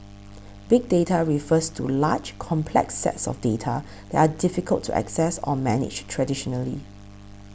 big data refers to large complex sets of data that are difficult to access or manage traditionally